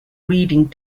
reading